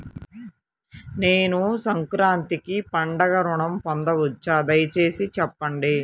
నేను సంక్రాంతికి పండుగ ఋణం పొందవచ్చా? దయచేసి చెప్పండి?